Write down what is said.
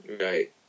right